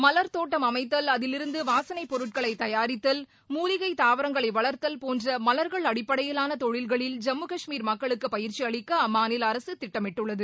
மலர்த் தோட்டம் அமைத்தல் அதிலிருந்து வாசனைப் பொருட்களை தயாரித்தல் மூலிகை தாவரங்களை வளர்த்தல் போன்ற மலர்கள் அடிப்படையிலான தொழில்களில் ஜம்மு கஷ்மீர் மக்களுக்கு பயிற்சி அளிக்க அம்மாநில அரசு திட்டமிட்டுள்ளது